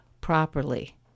properly